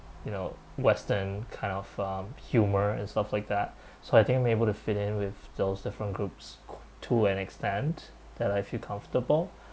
you know western kind of um humor and stuff like that so I think I'm able to fit in with those different groups to an extent that I feel comfortable